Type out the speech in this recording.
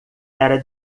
era